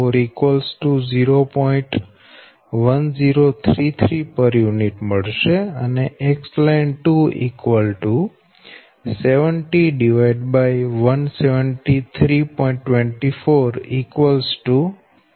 1033 pu X line 2 70173